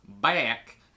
back